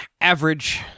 average